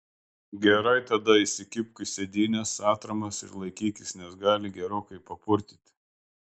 gerai tada įsikibk į sėdynes atramas ir laikykis nes gali gerokai papurtyti